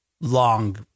long